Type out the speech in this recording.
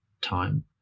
time